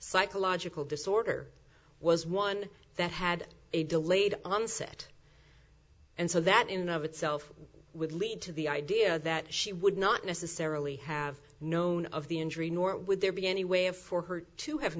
psychological disorder was one that had a delayed onset and so that in and of itself would lead to the idea that she would not necessarily have known of the injury nor would there be any way of for her to have